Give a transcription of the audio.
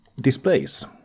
displays